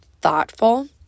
thoughtful